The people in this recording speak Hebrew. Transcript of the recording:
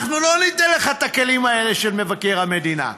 אנחנו לא ניתן לך את הכלים האלה של מבקר המדינה.